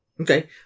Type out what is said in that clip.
Okay